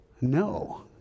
No